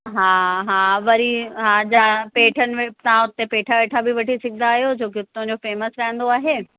हा हा वरी हा जां पेठनि में बि तव्हां हुते पेठा वेठा बि वठी सघंदा आहियो छो कि उतां जो फ़ेमस रहंदो आहे